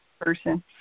person